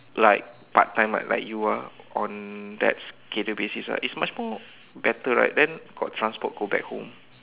like part time right like you ah on that schedule basis right it's much more better right then got transport go back home